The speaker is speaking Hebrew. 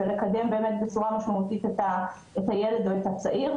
ולקדם בצורה משמעותית את הילד או את הצעיר,